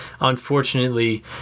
unfortunately